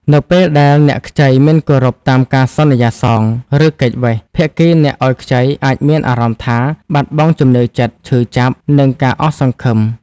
នៅពេលដែលអ្នកខ្ចីមិនគោរពតាមការសន្យាសង ឬគេចវេះ ភាគីអ្នកឲ្យខ្ចីអាចមានអារម្មណ៍ថា បាត់បង់ជំនឿចិត្ត ឈឺចាប់ និងការអស់សង្ឃឹម។